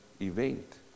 event